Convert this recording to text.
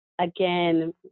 again